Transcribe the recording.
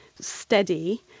steady